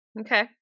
Okay